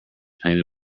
painted